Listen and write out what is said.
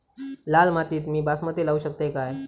लाल मातीत मी बासमती लावू शकतय काय?